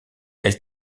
elle